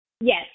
Yes